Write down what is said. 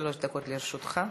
יחיא, שלוש דקות לרשותך.